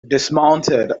dismounted